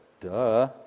Duh